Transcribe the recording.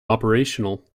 operational